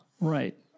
right